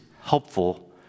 helpful